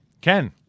Ken